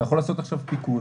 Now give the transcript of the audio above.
אתה יכול לעשות עכשיו תיקון,